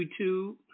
YouTube